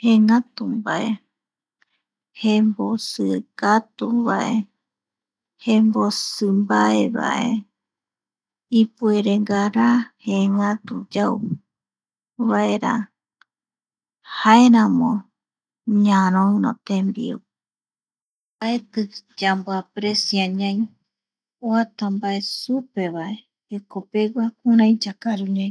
﻿Jëëngatu mbae jembosikatuvae, jembosi mbaevae ipuere ngará jëëngatu yau vaera jaeramo ñaroïro tembiu mbaeti yamoaprecia ñaï oata mbae supevae jekopegua kurai yakaru ñaï.